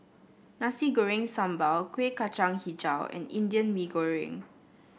Nasi Goreng Sambal Kueh Kacang hijau and Indian Mee Goreng